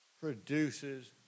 produces